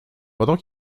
pendant